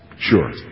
Sure